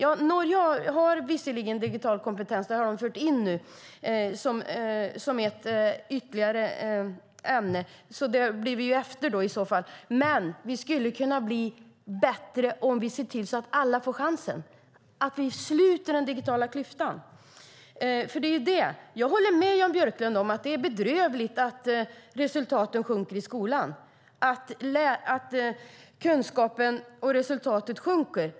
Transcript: Norge har nu visserligen fört in digital kompetens som ytterligare ett ämne, så vi kommer i så fall efter dem, men vi skulle kunna bli bättre om vi ser till att alla får chansen, om vi sluter den digitala klyftan. Jag håller med Jan Björklund om att det är bedrövligt att kunskaperna och resultaten i skolan blir sämre.